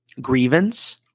grievance